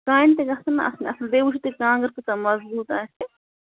کانہِ تہِ گژھن نا آسٕنۍ اَصٕل بیٚیہِ وُچھِو تُہۍ کانٛگٕر کٲثاہ مَضبوٗط آسہِ